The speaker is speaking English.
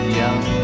young